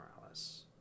Morales